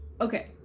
Okay